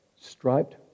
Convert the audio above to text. striped